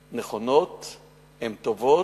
נכונות, הן טובות,